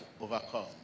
overcome